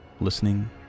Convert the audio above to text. listening